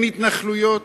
אין התנחלויות,